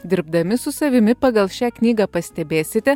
dirbdami su savimi pagal šią knygą pastebėsite